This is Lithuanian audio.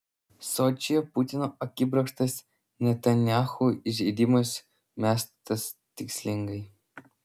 sočyje putino akibrokštas netanyahu įžeidimas mestas tikslingai